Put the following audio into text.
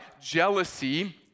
jealousy